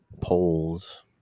polls